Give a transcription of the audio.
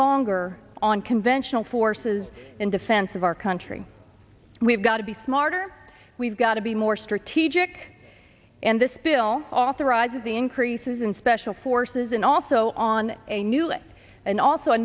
longer on conventional forces in defense of our country we've got to be smarter we've got to be more strategic and this bill authorizes the increases in special forces and also on a new it and also a